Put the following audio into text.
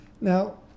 Now